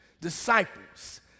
disciples